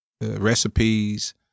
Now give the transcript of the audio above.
recipes